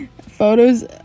photos